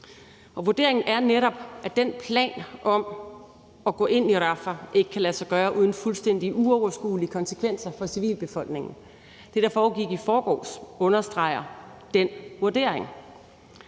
vurderingen er netop, at den plan om at gå ind i Rafah ikke kan lade sig gøre uden fuldstændig uoverskuelige konsekvenser for civilbefolkningen. Det, der foregik i forgårs, understreger den vurdering.